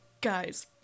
guys